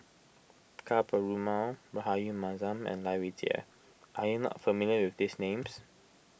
Ka Perumal Rahayu Mahzam and Lai Weijie are you not familiar with these names